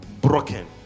broken